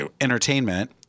entertainment